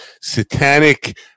satanic